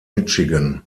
michigan